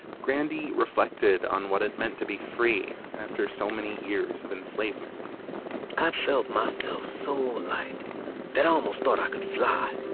grandy reflected on what it meant to be free after so many years of enslavement i felt myself so light that i almost thought i could fly.